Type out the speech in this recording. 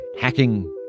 Hacking